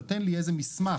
נותן לי איזה מסמך